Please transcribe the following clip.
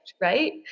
right